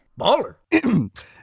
Baller